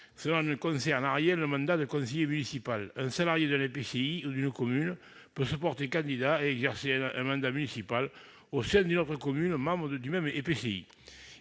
Cela ne concerne en rien le mandat de conseiller municipal : un salarié d'un EPCI ou d'une commune peut se porter candidat et exercer un mandat municipal au sein d'une autre commune, membre du même EPCI.